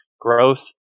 growth